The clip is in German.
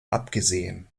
abgesehen